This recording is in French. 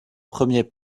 premier